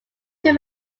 two